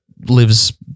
lives